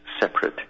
separate